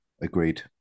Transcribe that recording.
agreed